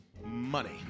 money